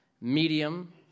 medium